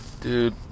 Dude